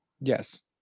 Yes